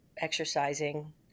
exercising